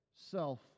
self